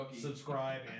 subscribe